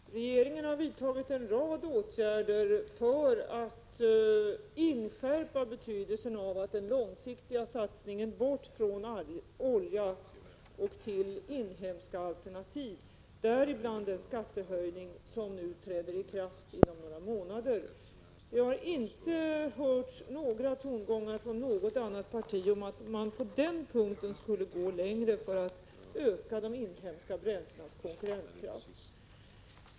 Fru talman! Regeringen har vidtagit en rad åtgärder för att inskärpa betydelsen av den långsiktiga satsningen bort från olja och till inhemska alternativ — däribland den skattehöjning som nu träder i kraft inom några månader. Det har inte hörts några tongångar från något annat parti som innebär att man på den punkten skulle gå längre för att öka de inhemska bränslenas konkurrenskraft.